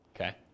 Okay